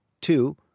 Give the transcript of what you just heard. Two